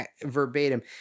verbatim